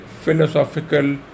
philosophical